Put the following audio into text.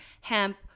hemp